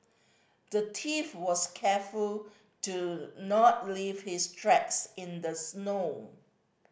the thief was careful to not leave his tracks in the snow